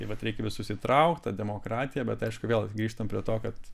tai vat reik visus įtraukt ta demokratija bet aišku vėl grįžtam prie to kad